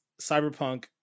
Cyberpunk